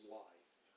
life